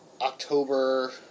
October